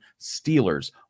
Steelers